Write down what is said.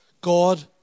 God